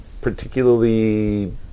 particularly